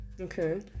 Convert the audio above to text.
Okay